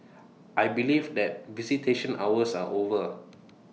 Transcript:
I believe that visitation hours are over